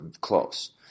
close